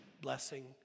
blessing